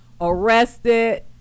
arrested